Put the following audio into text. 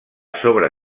sobre